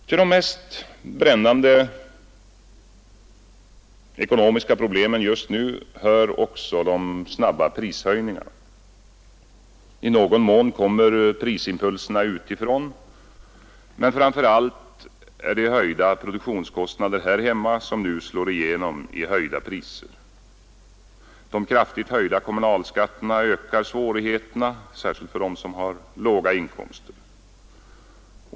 Till de mest brännande ekonomiska problemen just nu hör också de snabba prishöjningarna. I någon mån kommer prisimpulserna utifrån, men framför allt är det höjda produktionskostnader här hemma som nu slår igenom i höjda priser. De kraftigt höjda kommunalskatterna ökar svårigheterna, särskilt för dem som har låga inkomster.